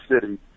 city